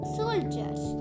soldiers